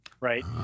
right